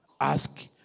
Ask